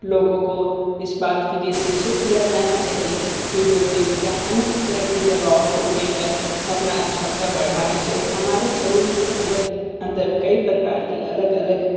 लोगों को इस बात के लिए शिक्षित किया जाना चाहिए कि डोपिंग या अन्य तरह की दवाओं को लेकर अपना क्षमता बढ़ाने से हमारे शरीर के अंदर अंदर कई प्रकार की अलग अलग